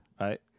Right